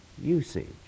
usage